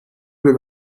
due